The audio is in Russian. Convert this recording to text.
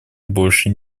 больше